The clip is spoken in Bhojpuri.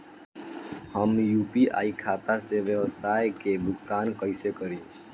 हम यू.पी.आई खाता से व्यावसाय के भुगतान कइसे करि?